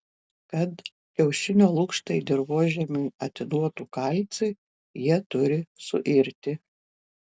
kad kiaušinio lukštai dirvožemiui atiduotų kalcį jie turi suirti